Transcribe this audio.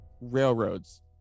railroads